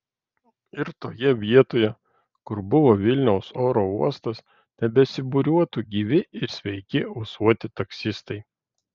ir toje vietoje kur buvo vilniaus oro uostas tebesibūriuotų gyvi ir sveiki ūsuoti taksistai